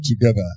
together